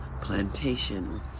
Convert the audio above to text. plantation